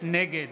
נגד